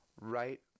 right